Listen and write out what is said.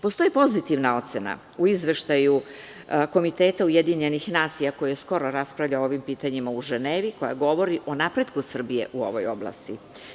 Postoji pozitivna ocena u Izveštaju Komiteta Ujedinjenih nacija, koji skoro raspravlja o ovim pitanjima u Ženevi, koji govori o napretku Srbije u ovoj oblasti.